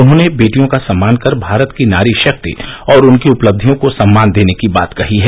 उन्होंने बेटियों का सम्मान कर भारत की नारी शक्ति और उनकी उपब्यियों को सम्मान देने की बात कही है